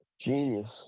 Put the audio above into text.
genius